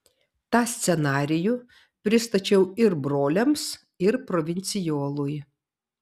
tą scenarijų pristačiau ir broliams ir provincijolui